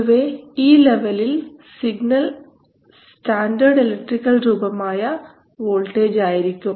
പൊതുവേ ഈ ലെവലിൽ സിഗ്നൽ സ്റ്റാൻഡേർഡ് ഇലക്ട്രിക്കൽ രൂപമായ വോൾട്ടേജ് ആയിരിക്കും